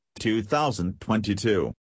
2022